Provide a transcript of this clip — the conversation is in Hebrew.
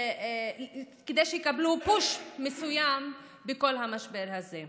כדי שיקבלו פוש מסוים בכל המשבר הזה.